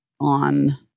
on